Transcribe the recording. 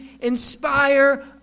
inspire